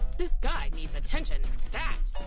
this guy needs attention, stat!